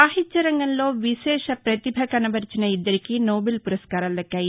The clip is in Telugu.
సాహిత్య రంగంలో విశేష పతిభ కనబర్చిన ఇద్దరికి నోబెల్ పురస్కారాలు దక్కాయి